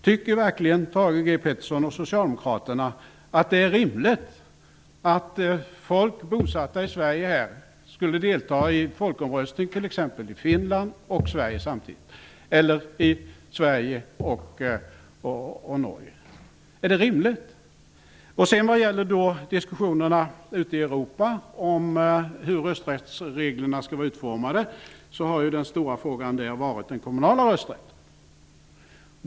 Tycker verkligen Thage G Peterson och Socialdemokraterna att det är rimligt att människor bosatta i Sverige samtidigt deltar i folkomröstning i t.ex. Finland och Sverige eller i Sverige och Norge? Är detta rimligt? Så några ord om diskussionerna ute i Europa om hur rösträttsreglerna skall vara utformade. Den stora frågan där har varit den kommunala rösträtten.